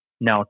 Now